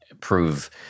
prove